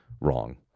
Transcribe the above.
wrong